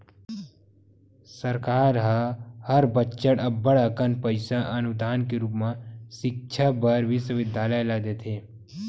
सरकार ह हर बछर अब्बड़ कन पइसा अनुदान के रुप म सिक्छा बर बिस्वबिद्यालय ल देथे